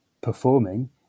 performing